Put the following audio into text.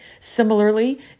Similarly